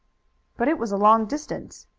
but it was a long distance.